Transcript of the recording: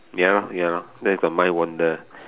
ya lor ya lor let the mind wander